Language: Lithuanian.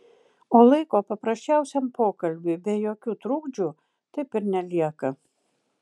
o laiko paprasčiausiam pokalbiui be jokių trukdžių taip ir nelieka